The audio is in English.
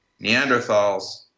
Neanderthals